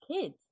kids